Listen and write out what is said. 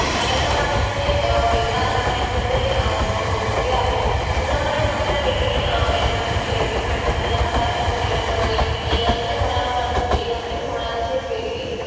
marathon आणि हे वेगवान धावण्याचे जे उप हे आहे तेच्यामध्ये एक आपल्या वेगळी एनर्जी डिपेंड होते त्यामध्ये आपल्या शरीरात होणारे एक मी इयरली होणार पल इयरली होणारच एक वेगळी